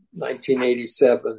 1987